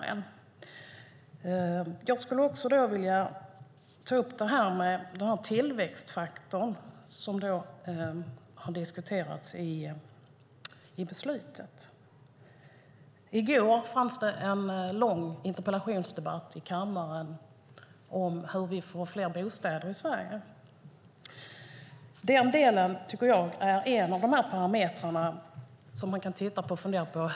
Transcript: Jag skulle också vilja ta upp tillväxtfaktorn, som har diskuterats i beslutet. I går var det en lång interpellationsdebatt i kammaren om hur vi ska få fler bostäder i Sverige. Den delen tycker jag är en av de parametrar som man kan titta på och fundera över.